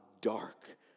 dark